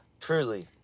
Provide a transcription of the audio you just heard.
truly